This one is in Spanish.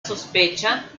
sospecha